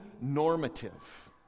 normative